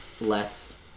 less